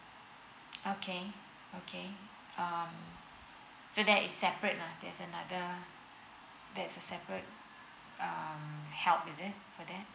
okay okay um so that is separate lah that's another there's a separate um help is it for that